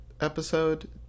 episode